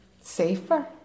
Safer